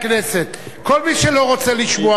כל מי שלא רוצה לשמוע מה נעשה פה,